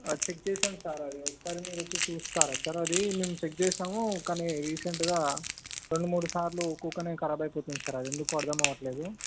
check చేశాం sir అది ఒకసారి మీరు వచ్చి చూస్తారా సార్ అది మేము చెక్ చేశాము కానీ రీసెంటుగా రెండు మూడు సార్లు ఊరుకనే కరాబ్ అవుపోతుంది సార్ అది ఎందుకో అర్ధమవ్వట్లేదు